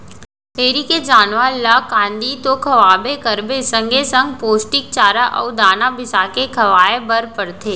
dairy के जानवर ल कांदी तो खवाबे करबे संगे संग पोस्टिक चारा अउ दाना बिसाके खवाए बर परथे